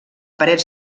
paret